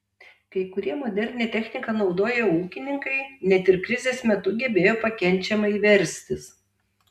kai kurie modernią techniką naudoję ūkininkai net ir krizės metu gebėjo pakenčiamai verstis